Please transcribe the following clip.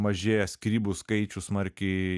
mažėja skyrybų skaičius smarkiai